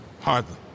Hardly